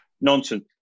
nonsense